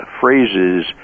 phrases